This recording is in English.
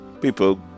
People